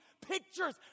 pictures